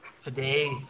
today